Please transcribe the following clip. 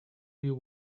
you